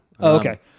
Okay